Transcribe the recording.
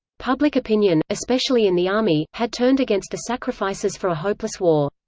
public opinion, especially in the army, had turned against the sacrifices for a hopeless war.